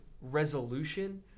resolution